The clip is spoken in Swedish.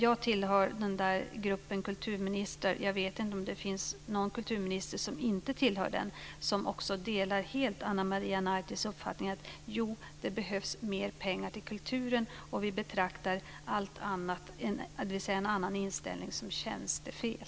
Jag tillhör den där gruppen kulturministrar - jag vet inte om det finns någon kulturminister som inte tillhör den - som också delar helt Ana Maria Nartis uppfattning: Jo, det behövs mer pengar till kulturen, och vi betraktar någon annan inställning som tjänstefel.